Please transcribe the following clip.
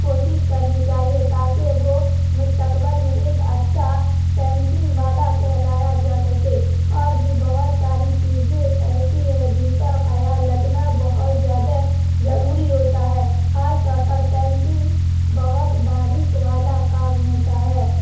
کوشش کرنی چاہیے تاکہ وہ مستقبل میں ایک اچھا پینٹنگ والا کہلایا جا سکے اور بھی بہت ساری چیزیں ایسی ہیں جن کا خیال رکھنا بہت زیادہ ضروری ہوتا ہے خاص طور پر پینٹنگ بہت باریک والا کام ہوتا ہے